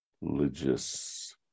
Religious